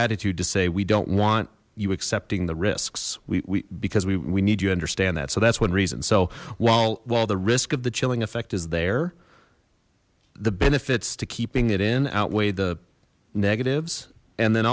attitude to say we don't want you accepting the risks we because we need you understand that so that's one reason so while well the risk of the chilling effect is there the benefits to keeping it in outweigh the negatives and then